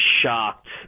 shocked